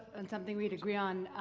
and something we'd agree on,